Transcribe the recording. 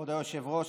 כבוד היושב-ראש,